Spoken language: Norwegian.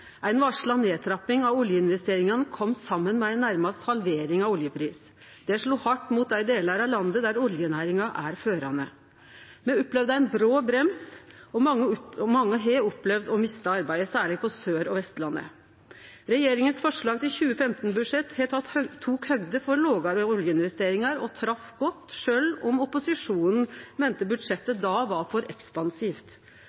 Den varsla nedtrappinga i oljeinvesteringane kom saman med ei nærast halvering av oljeprisen. Det slo hardt mot dei delar av landet der oljenæringa er førande. Me opplevde ein bråbrems, og mange har opplevd å miste arbeidet – særleg på Sør- og Vestlandet. Regjeringas forslag til 2015-budsjett tok høgd for lågare oljeinvesteringar og trefte godt, sjølv om opposisjonen meinte budsjettet då var for ekspansivt.